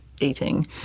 eating